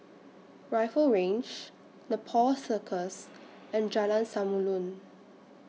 Rifle Range Nepal Circus and Jalan Samulun